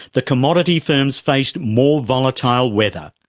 the commodity firms faced more volatile weather.